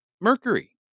mercury